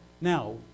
Now